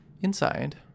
Inside